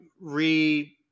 re-